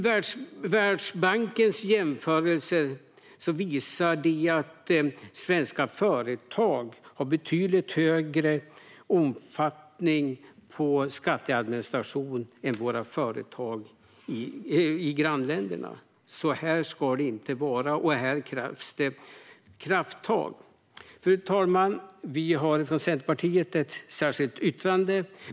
Världsbankens jämförelser visar att svenska företag har betydligt större omfattning på skatteadministration än företag i våra grannländer. Så ska det inte vara. Här krävs det krafttag. Fru talman! Vi har från Centerpartiet ett särskilt yttrande.